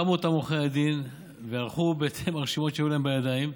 קמו אותם עורכי הדין והלכו בהתאם לרשימות שהיו לכם בידיים,